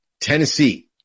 Tennessee